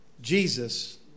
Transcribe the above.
Jesus